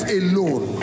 alone